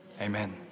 Amen